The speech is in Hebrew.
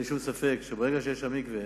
אין לי שום ספק שברגע שיהיה שם מקווה,